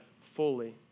fully